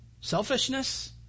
Selfishness